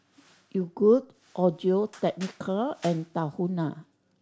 Yogood Audio Technica and Tahuna